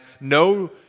no